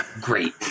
great